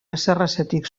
ezerezetik